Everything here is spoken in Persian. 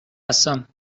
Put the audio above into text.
هستم